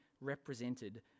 represented